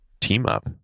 team-up